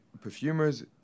perfumers